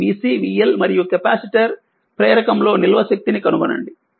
i vC vL మరియు capacitor ప్రేరకం లో నిల్వ శక్తి కనుగొనండి